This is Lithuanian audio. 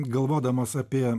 galvodamas apie